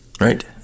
Right